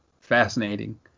fascinating